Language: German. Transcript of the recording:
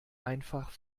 einfach